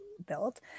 built